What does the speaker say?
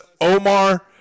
Omar